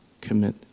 commit